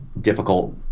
difficult